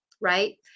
right